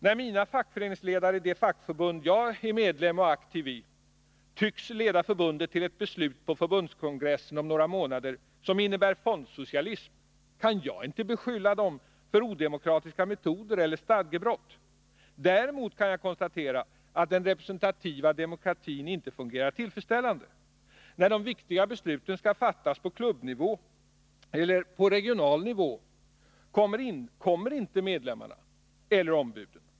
När mina fackföreningsledare i det fackförbund som jag är medlem av och aktiv i tycks leda förbundet till ett beslut på förbundskongressen om några månader som innebär fondsocialism, kan jag inte beskylla dem för odemokratiska metoder eller stadgebrott. Däremot kan jag konstatera att den representativa demokratin inte fungerar tillfredsställande. När de viktiga besluten skall fattas på klubbnivå eller regional nivå, kommer inte medlemmarna eller ombuden.